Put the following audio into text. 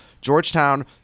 Georgetown